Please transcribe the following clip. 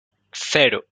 cero